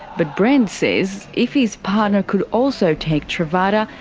but brent says if his partner could also take truvada,